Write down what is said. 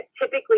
typically